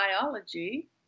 biology